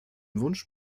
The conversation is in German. wunsch